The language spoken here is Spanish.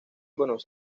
buenos